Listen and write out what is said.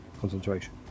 concentration